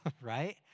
right